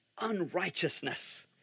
unrighteousness